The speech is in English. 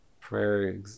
prayer